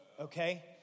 okay